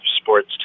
sports